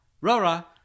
Rora